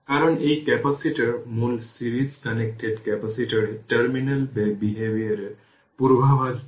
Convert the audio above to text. কারণ এই ক্যাপাসিটর মূল সিরিজ কানেক্টেড ক্যাপাসিটরের টার্মিনাল বিহেভিয়ার এর পূর্বাভাস দেয়